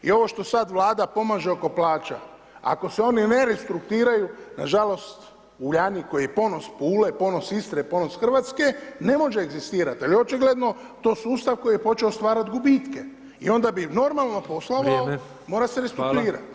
I ovo što sad Vlada pomaže oko plaća, ako se oni ne restrukturiraju nažalost Uljanik koji je ponos Pule, ponos Istre, ponos Hrvatske ne može egzistirati ali očigledno to sustav koji je počeo stvarati gubitke i on da bi normalno poslovao [[Upadica: Vrijeme.]] mora se restrukturirat